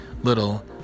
Little